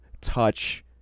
touch